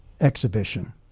exhibition